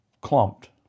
clumped